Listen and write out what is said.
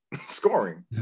scoring